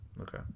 Okay